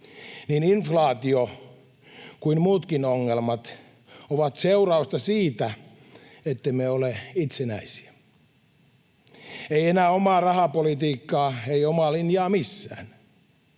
niin inflaatio kuin muutkin ongelmat ovat seurausta siitä, ettemme ole itsenäisiä. Ei enää omaa rahapolitiikkaa, ei omaa linjaa missään.